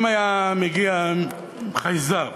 אם היה מגיע חייזר